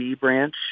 branch